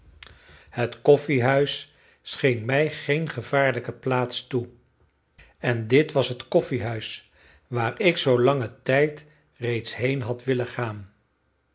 het koffiehuis scheen mij geen gevaarlijke plaats toe en dit was het koffiehuis waar ik zoo langen tijd reeds heen had willen gaan